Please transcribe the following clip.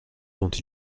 dont